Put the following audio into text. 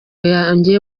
yanjye